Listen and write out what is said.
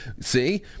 see